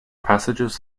passages